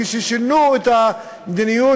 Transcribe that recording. כששינו את המדיניות,